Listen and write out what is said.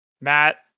Matt